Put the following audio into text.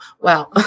wow